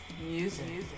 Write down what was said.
music